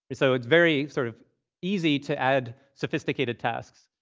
so it's very sort of easy to add sophisticated tasks.